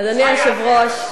אדוני היושב-ראש,